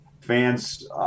Fans